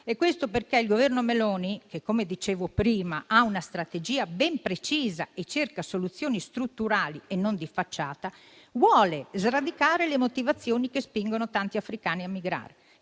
Questo perché il Governo Meloni che - come dicevo prima - ha una strategia ben precisa e cerca soluzioni strutturali e non di facciata, vuole sradicare le motivazioni che spingono tanti africani a migrare,